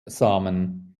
samen